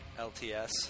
LTS